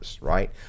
right